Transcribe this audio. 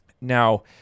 Now